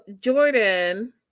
Jordan